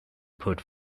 put